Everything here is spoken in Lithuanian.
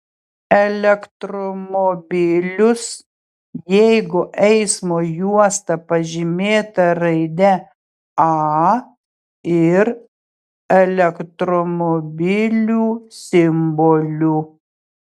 elektromobilius jeigu eismo juosta pažymėta raide a ir elektromobilių simboliu